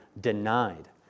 denied